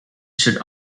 should